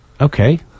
Okay